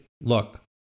look